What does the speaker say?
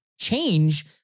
change